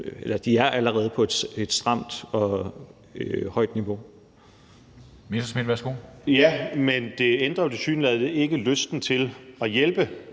reglerne allerede er på et stramt og højt niveau.